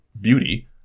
beauty